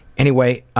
anyway,